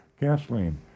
gasoline